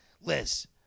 Liz